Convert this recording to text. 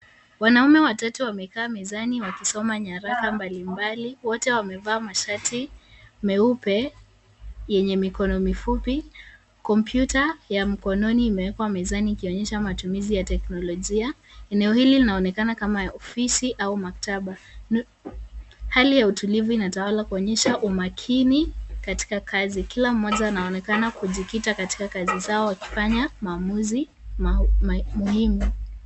Wanaume watatu wamekaa mezani wakisoma nyaraka mbalimbali. Wote wamevaa mashati meupe yenye mikono mifupi. Kompyuta ya mkononi imeekwa mezani ikionyesha matumizi ya teknolojia. Eneo hili linaonekana kama ofisi au maktaba. Hali ya utulivu inatawala kuonyesha umakini katika kazi. Kila mmoja anaonekana kujikita katika kazi zao akifanya maamuzi muhimu.